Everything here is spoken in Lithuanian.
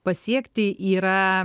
pasiekti yra